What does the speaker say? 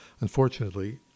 Unfortunately